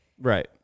Right